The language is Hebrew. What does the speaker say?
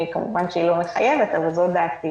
כמובן שהיא לא מחייבת, אבל זאת דעתי,